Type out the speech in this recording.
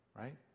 right